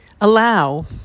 allow